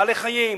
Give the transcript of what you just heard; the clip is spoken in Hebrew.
בעלי-חיים,